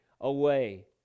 away